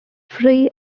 free